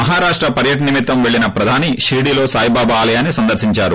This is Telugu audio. మహారాష్ట పర్యటన నిమిత్తం పెళ్లిన ప్రధాని పిర్డీ లో సాయిబాబా ఆలయాన్ని సందర్పించారు